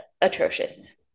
atrocious